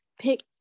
pick